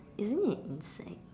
isn't it an insect